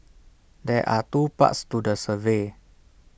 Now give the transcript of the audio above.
there are two parts to the survey